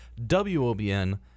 WOBN